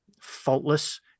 faultless